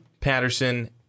Patterson